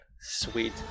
Sweet